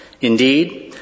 Indeed